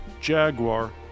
Jaguar